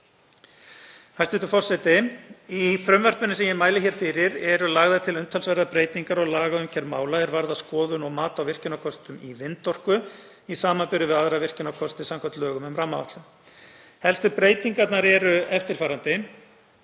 Hæstv. forseti. Í frumvarpinu sem ég mæli hér fyrir eru lagðar til umtalsverðar breytingar á lagaumgjörð mála er varða skoðun og mat á virkjunarkostum í vindorku í samanburði við aðra virkjunarkosti samkvæmt lögum um rammaáætlun. Helstu breytingar eru eftirfarandi: